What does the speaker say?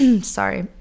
sorry